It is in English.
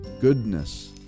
goodness